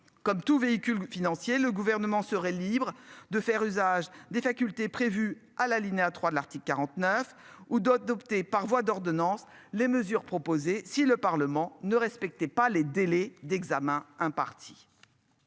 comme tout véhicule financier le gouvernement serait libre de faire usage des facultés prévu à l'alinéa 3 de l'article 49 ou d'autres d'opter par voie d'ordonnance. Les mesures proposées. Si le Parlement ne respectait pas les délais d'examen un parti.